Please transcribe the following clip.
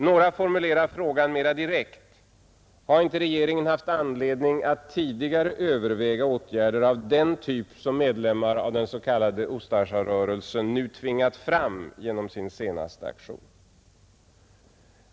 Några formulerar frågan mera direkt: Har inte regeringen haft anledning att tidigare överväga åtgärder av den typ som medlemmar av den s.k. Ustasjarörelsen nu tvingat fram genom sin senaste aktion?